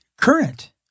current